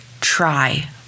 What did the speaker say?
try